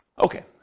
Okay